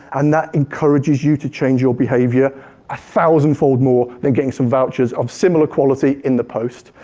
and that encourages you to change your behavior a thousandfold more than getting some vouchers of similar quality in the post.